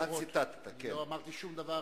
לא אמרתי שום דבר,